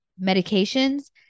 Medications